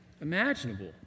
imaginable